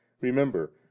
Remember